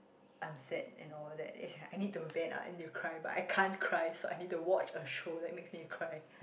I'm sad and all that ya I need to vent out I need to cry but I can't cry so I need to watch a show that makes me cry